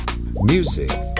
music